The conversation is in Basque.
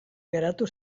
geratu